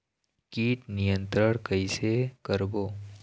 कीट नियंत्रण कइसे करबो?